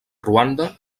ruanda